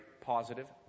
positive